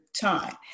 time